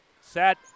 set